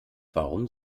warum